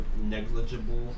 Negligible